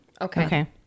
Okay